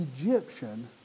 Egyptian